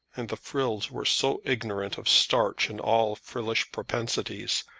and the frills were so ignorant of starch and all frillish propensities,